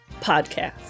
podcast